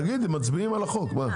תגידי מצביעים על החוק.